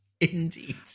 Indeed